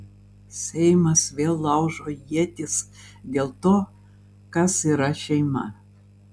seimas vėl laužo ietis dėl to kas yra šeima